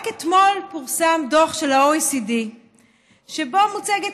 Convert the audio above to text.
רק אתמול פורסם דוח של ה-OECD שבו מוצגת